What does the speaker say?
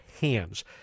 hands